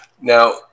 now